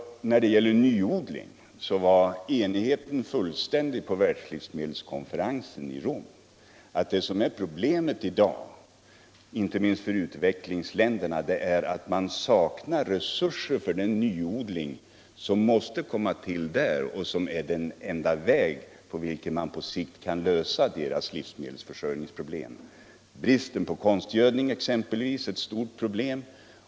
När det gäller nyodling var enigheten fullständig på världslivsmedelskonferensen i Rom om att problemet i dag är att man saknar resurser för den nyodling som måste till i första hand i u-länderna och som är den enda vägen för att på sikt lösa u-ländernas livsmedelsförsörjningsproblem. Bristen på konstgödsel är t.ex. ett stort problem.